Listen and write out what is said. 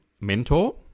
mentor